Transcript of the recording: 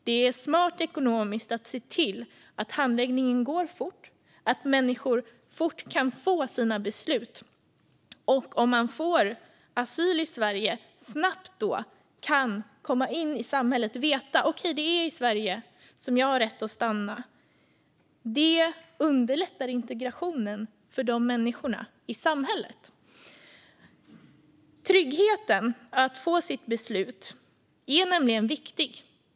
Det är smart ekonomiskt att se till att handläggningen går fort och att människor snabbt kan få sina beslut. Om de får asyl i Sverige kan de snabbt komma in i samhället och veta att det är i Sverige som de har rätt att stanna. Det underlättar integrationen för dessa människor i samhället. Tryggheten att få sitt beslut är viktig.